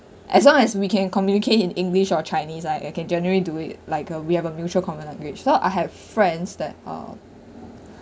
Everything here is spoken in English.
as long as we can communicate in english or chinese I I can generally do it like a we have a mutual common language so I have friends that uh